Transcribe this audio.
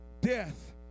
death